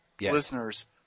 listeners